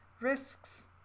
risks